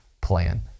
plan